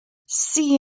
see